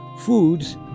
foods